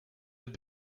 have